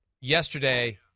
Yesterday